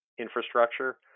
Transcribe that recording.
infrastructure